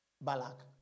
Balak